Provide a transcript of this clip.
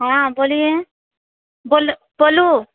हाँ बोलिए बोल बोलु